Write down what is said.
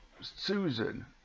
Susan